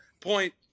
point